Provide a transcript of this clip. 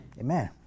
amen